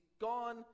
gone